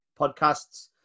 Podcasts